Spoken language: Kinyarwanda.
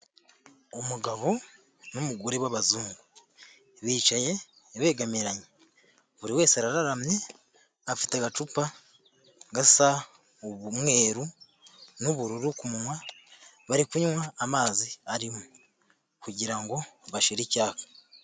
Umugabo n'umugore b'abazungu bicaye begamiranye, buri wese araramye afite agacupa gasa umweru n'ubururu ku munwa. Bari kunywa amazi arimo kugira ngo bashire icyaka.